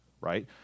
right